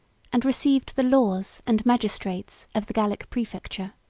and received the laws and magistrates of the gallic praefecture.